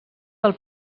del